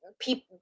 people